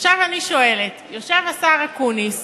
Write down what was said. עכשיו אני שואלת: יושב השר אקוניס